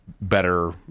better